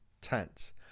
tents